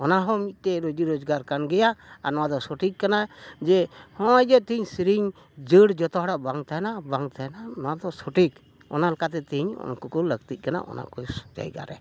ᱚᱱᱟᱦᱚᱸ ᱢᱤᱫᱴᱮᱱ ᱨᱳᱡᱤ ᱨᱚᱡᱽᱜᱟᱨ ᱠᱟᱱᱜᱮᱭᱟ ᱟᱨ ᱱᱚᱣᱟ ᱫᱚ ᱥᱚᱴᱷᱤᱠ ᱠᱟᱱᱟ ᱡᱮ ᱦᱚᱸᱜᱼᱚᱭ ᱡᱮ ᱛᱤᱦᱤᱧ ᱥᱮᱨᱮᱧ ᱡᱟᱹᱲ ᱡᱚᱛᱚ ᱦᱚᱲᱟᱜ ᱵᱟᱝ ᱛᱟᱦᱮᱱᱟ ᱵᱟᱝ ᱛᱟᱦᱮᱱᱟ ᱱᱚᱣᱟ ᱫᱚ ᱥᱚᱴᱷᱤᱠ ᱚᱱᱟ ᱞᱮᱠᱟᱛᱮ ᱛᱤᱦᱤᱧ ᱩᱱᱠᱩ ᱠᱚ ᱞᱟᱹᱠᱛᱤᱜ ᱠᱟᱱᱟ ᱚᱱᱟ ᱠᱚ ᱡᱟᱭᱜᱟ ᱨᱮ